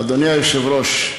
אדוני היושב-ראש,